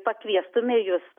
pakviestume jus